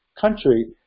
country